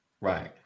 Right